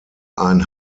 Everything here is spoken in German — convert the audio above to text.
ein